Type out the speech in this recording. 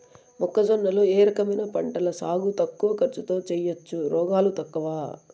మొక్కజొన్న లో ఏ రకమైన పంటల సాగు తక్కువ ఖర్చుతో చేయచ్చు, రోగాలు తక్కువ?